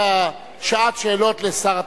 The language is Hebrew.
שעת שאלות לשר התחבורה,